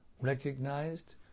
recognized